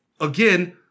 again